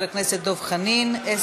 של חבר הכנסת דב חנין וקבוצת חברי הכנסת.